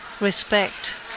Respect